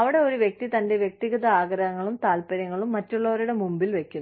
അവിടെ ഒരു വ്യക്തി തന്റെ വ്യക്തിഗത ആഗ്രഹങ്ങളും താൽപ്പര്യങ്ങളും മറ്റുള്ളവരുടെ മുമ്പിൽ വെക്കുന്നു